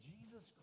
Jesus